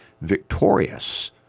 victorious